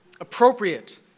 appropriate